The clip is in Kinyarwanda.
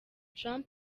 trump